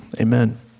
Amen